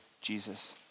Jesus